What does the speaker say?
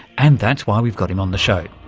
and that's why we've got him on the show.